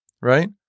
right